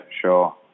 sure